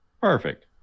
Perfect